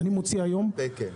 יש לך תקן.